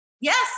Yes